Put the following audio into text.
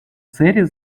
серри